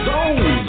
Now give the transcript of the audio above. Zone